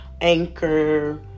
Anchor